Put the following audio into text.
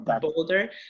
bolder